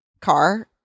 car